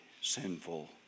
sinful